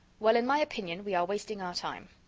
well, in my opinion, we are wasting our time.